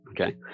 okay